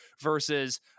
versus